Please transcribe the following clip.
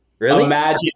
imagine